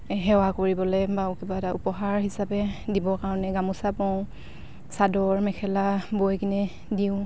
সেৱা কৰিবলে বা কিবা এটা উপহাৰ হিচাপে দিবৰ কাৰণে গামোচা পাওঁ চাদৰ মেখেলা বৈ কিনে দিওঁ